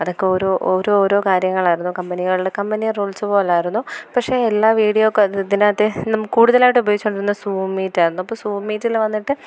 അതൊക്കെ ഓരോ ഓരോരോ കാര്യങ്ങളായിരുന്നു കമ്പനികളിലെ കമ്പനി റൂൾസ് പോലെയായിരുന്നു പക്ഷെ എല്ലാ വീഡിയോക്കോ ഇതിനകത്തെ നം കൂടുതലായിട്ട് ഉപയോഗിച്ചു കൊണ്ടിരുന്ന സൂമീറ്റായിരുന്നു അപ്പോൾ സൂമീറ്റിൽ വന്നിട്ട്